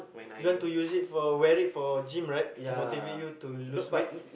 you want to use it for wear it for gym right to motivate you to lose weight